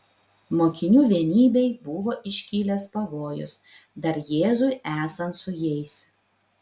mokinių vienybei buvo iškilęs pavojus dar jėzui esant su jais